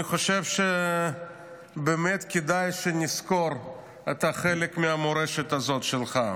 אני חושב שבאמת כדאי שנזכור את החלק הזה מהמורשת שלך.